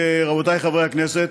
רבותיי חברי הכנסת,